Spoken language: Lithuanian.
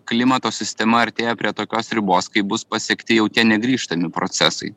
klimato sistema artėja prie tokios ribos kai bus pasiekti jau tie negrįžtami procesai